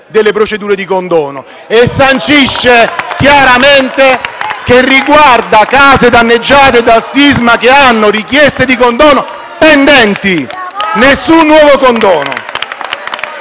*(M5S)*. Si capisce chiaramente che riguarda case danneggiate dal sisma che hanno richieste di condono pendenti. Nessun nuovo condono!